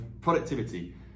productivity